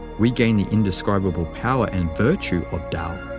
we gain the indescribable power and virtue of tao.